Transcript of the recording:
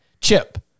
Chip